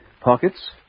pockets